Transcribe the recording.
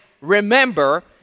remember